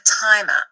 timer